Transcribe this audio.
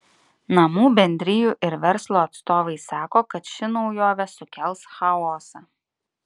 namų bendrijų ir verslo atstovai sako kad ši naujovė sukels chaosą